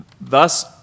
Thus